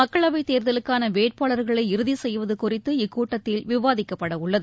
மக்களவைத் தேர்தலுக்கான வேட்பாளர்களை இறுதி செய்வது குறித்து இக்கூட்டத்தில் விவாதிக்கப்பட உள்ளது